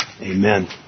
Amen